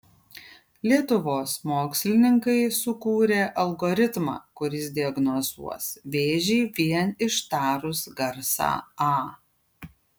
lietuvos mokslininkai sukūrė algoritmą kuris diagnozuos vėžį vien ištarus garsą a